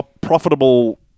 profitable